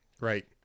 Right